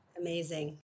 Amazing